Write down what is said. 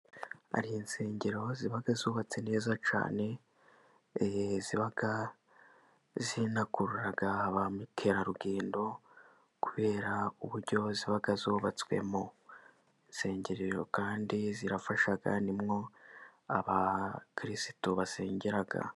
Hari insengero ziba zubatse neza cyane, ziba zinakurura ba mukerarugendo kubera uburyo ziba zubatswemo. Insengero kandi zirafasha ni ho abakirisitu basengera.